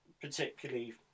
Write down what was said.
particularly